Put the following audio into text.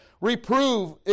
Reprove